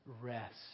rest